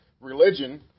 religion